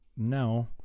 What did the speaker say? now